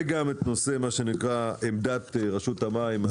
גם את הנושא שנקרא עמדת רשות המים.